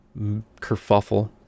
kerfuffle